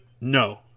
No